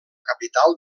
capital